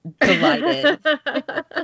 delighted